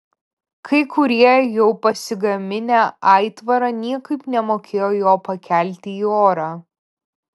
kai kurie jau pasigaminę aitvarą niekaip nemokėjo jo pakelti į orą